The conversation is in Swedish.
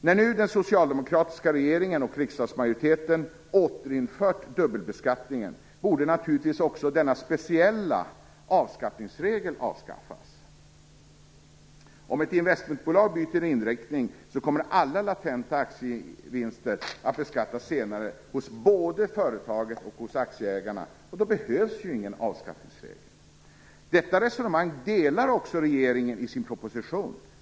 När nu den socialdemokratiska regeringen och riksdagsmajoriteten har återinfört dubbelbeskattningen borde naturligtvis också denna speciella avskattningsregel avskaffas. Om ett investmentbolag byter inriktning så kommer alla latenta aktievinster att beskattas senare hos både företaget och aktieägarna, och då behövs ju ingen avskattningsregel. Detta resonemang delar också regeringen i sin proposition.